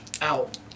out